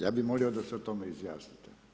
Ja bih molio da se o tome izjasnite.